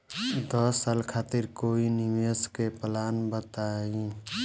दस साल खातिर कोई निवेश के प्लान बताई?